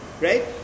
right